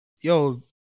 yo